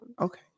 okay